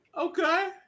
Okay